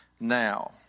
now